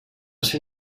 ser